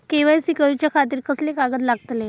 KYC करूच्या खातिर कसले कागद लागतले?